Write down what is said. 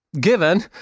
given